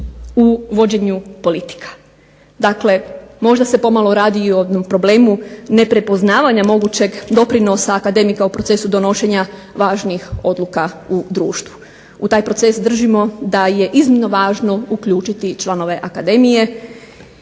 u vođenju politika. Dakle, možda se pomalo radi o problemu neprepoznavanja mogućeg doprinosa akademika u procesu donošenja važnih odluka u društvu. U taj proces držimo da je iznimno važno uključiti članove akademije.